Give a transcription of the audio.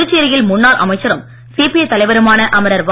புதுச்சேரியில் முன்னாள் அமைச்சரும் சிபிஐ தலைவருமான அமரர் வ